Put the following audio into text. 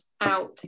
out